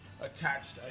attached